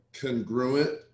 congruent